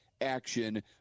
action